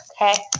Okay